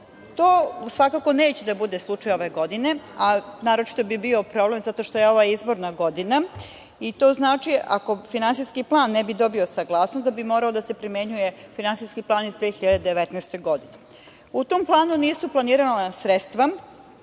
To svakako neće da bude slučaj ove godine, a naročito bi bio problem zato što je ovo izborna godina i to znači, ako finansijski plan ne bi dobio saglasnost, da bi morao da se primenjuje finansijski plan iz 2019. godine.U tom planu nisu planirana sredstva